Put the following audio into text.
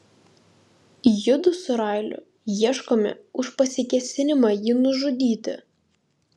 judu su raliu ieškomi už pasikėsinimą jį nužudyti